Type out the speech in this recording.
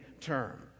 term